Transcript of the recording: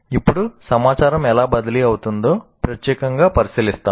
ఇప్పుడు సమాచారం ఎలా బదిలీ అవుతుందో ప్రత్యేకంగా పరిశీలిస్తాము